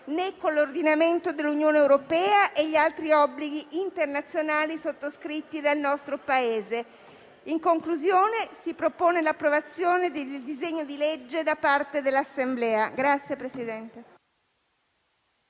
né con l'ordinamento dell'Unione europea e gli altri obblighi internazionali sottoscritti dal nostro Paese. In conclusione, si propone l'approvazione del disegno di legge da parte dell'Assemblea.